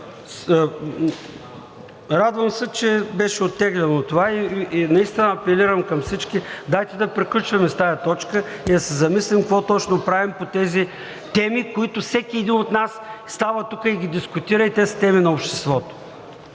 Радвам се, че беше оттеглено това и наистина апелирам към всички – дайте да приключваме с тази точка и да се замислим какво точно правим по тези теми, които всеки един от нас става тук и ги дискутира, и те са теми на обществото.